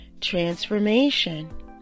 Transformation